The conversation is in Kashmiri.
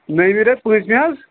نٔیمہِ رٮ۪تہٕ پٲنٛژمہِ حظ